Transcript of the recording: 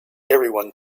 everyone